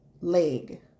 leg